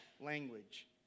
language